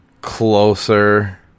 closer